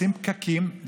עושים פקקים,